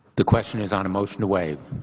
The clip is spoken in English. the question is on a motion to way.